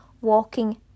walking